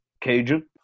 Cajun